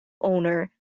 owner